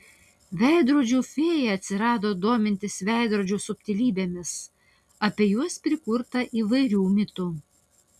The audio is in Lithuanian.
veidrodžių fėja atsirado domintis veidrodžių subtilybėmis apie juos prikurta įvairių mitų